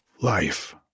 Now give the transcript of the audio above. life